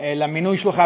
למינוי שלך,